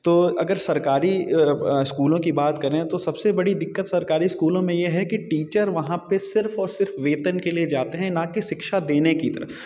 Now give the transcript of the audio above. तो अगर सरकारी स्कूलों की बात करें तो सबसे बड़ी दिक्कत सरकारी स्कूलों में ये है कि टीचर वहाँ पे सिर्फ और सिर्फ वेतन के लिए जाते हैं न कि शिक्षा देने की तरफ